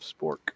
Spork